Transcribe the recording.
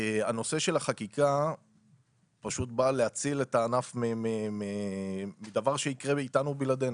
הנושא של החקיקה פשוט בא להציל את הענף מדבר שיקרה איתנו או בלעדינו.